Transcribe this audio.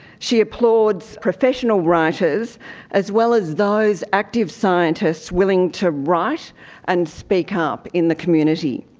she applauds professional writers as well as those active scientists willing to write and speak up in the community.